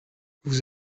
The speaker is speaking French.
vous